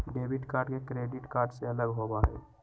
debit card credit card से अलग होबा हई